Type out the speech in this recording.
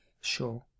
Sure